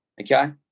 okay